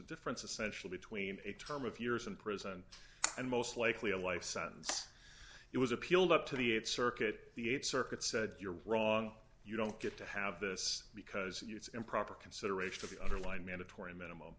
difference essential between a term of years in prison and most likely a life sentence it was appealed up to the eight circuit the th circuit said you're wrong you don't get to have this because it's improper consideration of the underlying mandatory minimum